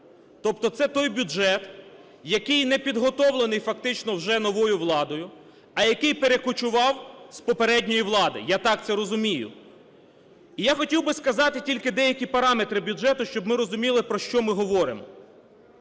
Тобто це той бюджет, який не підготовлений фактично вже новою владою, а який перекочував з попередньої влади, я так це розумію. Я хотів би сказати тільки деякі параметри бюджету, щоб ми розуміли, про що ми говоримо.